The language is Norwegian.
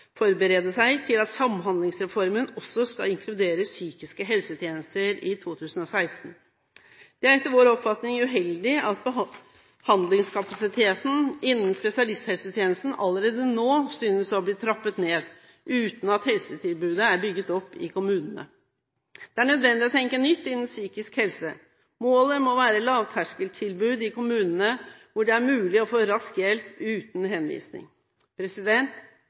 til at Samhandlingsreformen også skal inkludere psykiske helsetjenester i 2016. Det er etter vår oppfatning uheldig at behandlingskapasiteten innen spesialisthelsetjenesten allerede nå synes å ha blitt trappet ned, uten at helsetilbudet er bygget opp i kommunene. Det er nødvendig å tenke nytt innen psykisk helse. Målet må være lavterskeltilbud i kommunene, hvor det er mulig å få rask hjelp uten henvisning.